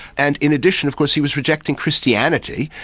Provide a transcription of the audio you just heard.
and in addition of course he was rejecting christianity,